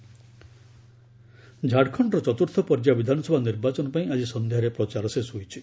Jharkhand election ଝାଡଖଣ୍ଡର ଚତୁର୍ଥ ପର୍ଯ୍ୟାୟ ବିଧାନସଭା ନିର୍ବାଚନ ପାଇଁ ଆଜି ସନ୍ଧ୍ୟାରେ ପ୍ରଚାର ଶେଷ ହୋଇଛି